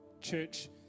church